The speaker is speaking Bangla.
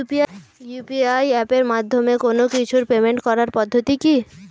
ইউ.পি.আই এপের মাধ্যমে কোন কিছুর পেমেন্ট করার পদ্ধতি কি?